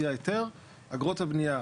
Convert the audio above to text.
ואולי לדעת לתת להם את הזה בתקנות.